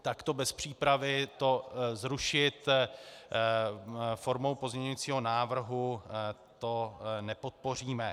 Takto bez přípravy to zrušit formou pozměňovacího návrhu, to nepodpoříme.